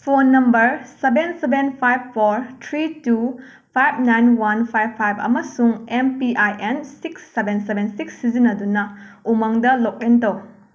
phone number seven seven five four three two five nine one five five ꯑꯃꯁꯨꯡ M P I N six seven seven six ꯁꯤꯖꯤꯟꯅꯗꯨꯅ ꯎꯃꯪꯗ login ꯇꯧ